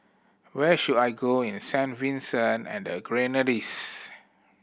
where should I go in Saint Vincent and the Grenadines